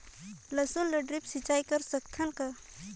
लसुन ल ड्रिप सिंचाई कर सकत हन का?